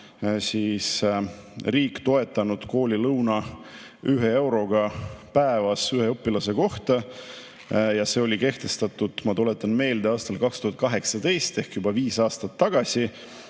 on riik toetanud koolilõunat ühe euroga päevas ühe õpilase kohta ja see kehtestati, ma tuletan meelde, aastal 2018 ehk juba viis aastat tagasi,